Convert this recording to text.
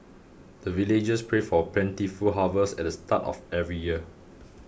the villagers pray for plentiful harvest at the start of every year